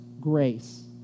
grace